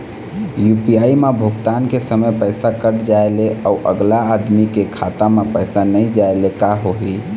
UPI म भुगतान के समय पैसा कट जाय ले, अउ अगला आदमी के खाता म पैसा नई जाय ले का होही?